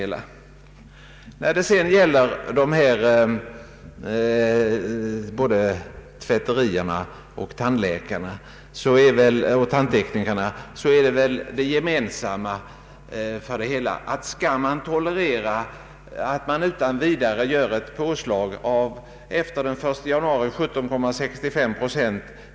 Vad sedan gäller tvätterierna och tandteknikerna så tycks herr Jansson anse att de utan vidare skall kunna tåla ett påslag genom mervärdeskatt som efter den 1 januari kommer att uppgå till 17,65 procent.